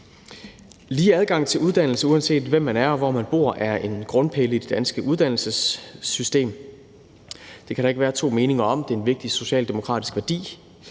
Lige adgang til uddannelse, uanset hvem man er og hvor man bor, er en grundpille i det danske uddannelsessystem – det kan der ikke være to meninger om. Det er en vigtig socialdemokratisk værdi,